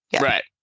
Right